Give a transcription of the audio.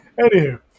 Anywho